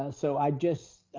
ah so i just